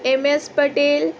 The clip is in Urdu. M S Patel